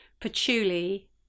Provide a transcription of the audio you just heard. patchouli